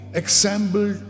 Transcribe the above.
example